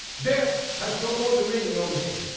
death has no more dominion over him.